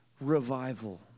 revival